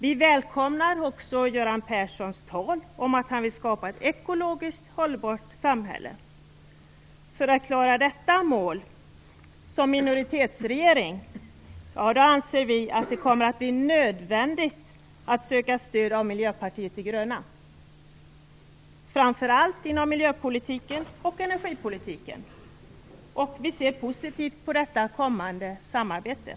Vi välkomnar också Göran Perssons tal om att han vill skapa ett ekologiskt hållbart samhälle. För att som minoritetsregering klara detta mål anser vi att det kommer att bli nödvändigt att söka stöd av Miljöpartiet de gröna, framför allt inom miljöpolitiken och energipolitiken. Vi ser positivt på detta kommande samarbete.